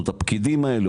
זאת אומרת הפקידים האלה,